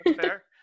fair